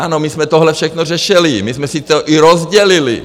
Ano, my jsme tohle všechno řešili, my jsme si to i rozdělili.